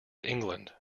england